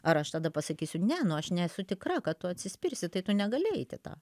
ar aš tada pasakysiu ne nu aš nesu tikra kad tu atsispirsi tai tu negali eit į tą